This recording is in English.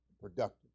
productive